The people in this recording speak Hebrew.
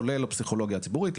כולל לפסיכולוגיה הציבורית,